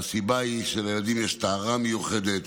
והסיבה היא שלילדים יש טהרה מיוחדת,